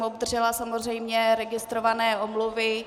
Obdržela jsem samozřejmě registrované omluvy.